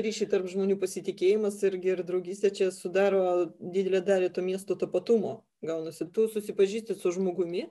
ryšiai tarp žmonių pasitikėjimas irgi ir draugystė čia sudaro didelę dalį to miesto tapatumo gaunasi tu susipažįsti su žmogumi